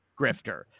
grifter